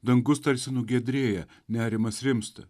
dangus tarsi nugiedrėja nerimas rimsta